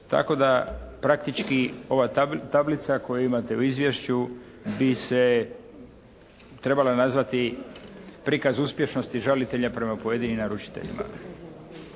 tako da praktički ova tablica koju imate u izvješću bi se trebala nazvati prikaz uspješnosti žalitelja prema pojedinim naručiteljima.